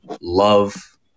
love